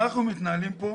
אנחנו מתנהלים כאן